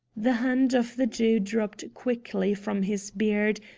the hand of the jew dropped quickly from his beard,